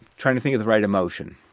trying to think of the right emotion